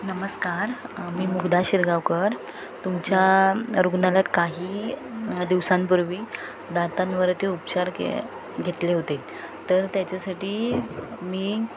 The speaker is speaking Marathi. नमस्कार मी मुग्दा शिरगावकर तुमच्या रुग्णालयात काही दिवसांपूर्वी दातांवरती उपचार के घेतले होते तर त्याच्यासाठी मी